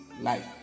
life